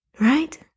right